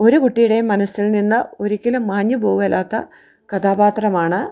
ഒരു കുട്ടിയുടെ മനസ്സിൽ നിന്ന് ഒരിക്കലും മാഞ്ഞു പോവുകയല്ലാത്ത കഥാപാത്രമാണ്